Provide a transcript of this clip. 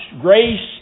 Grace